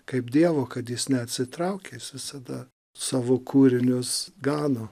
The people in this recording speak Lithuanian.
kaip dievo kad jis neatsitraukia jis visada savo kūrinius gano